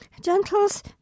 Gentles